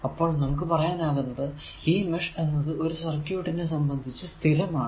അപ്പോൾ നമുക്ക് പറയാനാകുന്നത് ഈ മെഷ് എന്നത് ഒരു സർക്യൂട്ടിനെ സംബന്ധിച്ചു സ്ഥിരമാണ്